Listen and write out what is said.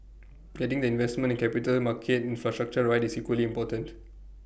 getting the investment and capital market infrastructure right is equally important